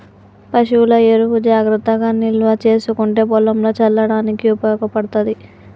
పశువుల ఎరువు జాగ్రత్తగా నిల్వ చేసుకుంటే పొలంల చల్లడానికి ఉపయోగపడ్తది